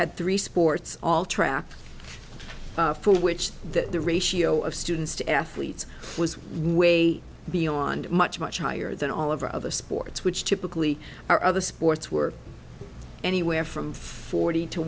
had three sports all trap for which that the ratio of students to athletes was way beyond much much higher than all of our other sports which typically our other sports were anywhere from forty to